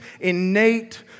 innate